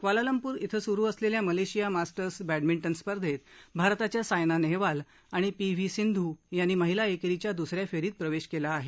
Kuala Lumpur इथं सुरू असलेल्या मलेशिया मास्टर्स बॅडमिंटन स्पर्धेत भारताच्या सायना नेहवाल आणि पी व्ही सिंधू यांनी महिला एकेरीच्या दुसऱ्या फेरीत प्रवेश केला आहे